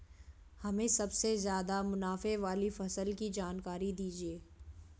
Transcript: हमें सबसे ज़्यादा मुनाफे वाली फसल की जानकारी दीजिए